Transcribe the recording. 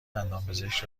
دندانپزشک